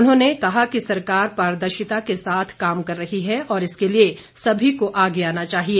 मुख्यमंत्री ने कहा कि सरकार पारदर्शिता के साथ काम कर रही है और इसके लिए सभी को आगे आना चाहिए